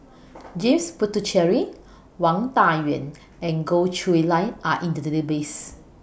James Puthucheary Wang Dayuan and Goh Chiew Lye Are in The Database